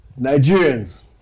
Nigerians